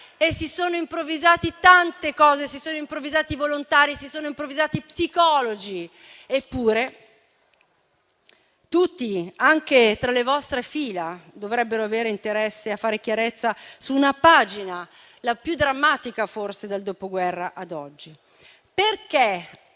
si sono improvvisati tante cose, anche volontari e psicologi. Eppure tutti, anche tra le vostre fila, dovrebbero avere interesse a fare chiarezza su una pagina, la più drammatica forse dal dopoguerra ad oggi: perché